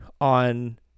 on